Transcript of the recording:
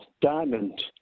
diamond